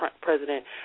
President